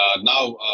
now